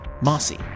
Mossy